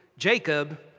Jacob